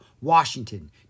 Washington